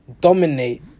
dominate